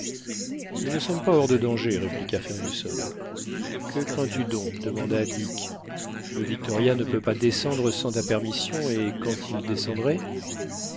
nous ne sommes pas hors de danger répliqua fergusson que crains-tu donc demanda dick le victoria ne peut pas descendre sans ta permission et quand il descendrait